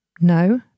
no